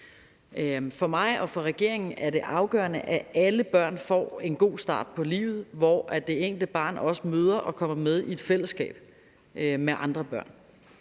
For mig og for regeringen er det afgørende, at alle børn får en god start på livet, hvor det enkelte barn også møder og kommer med i et fællesskab med andre børn.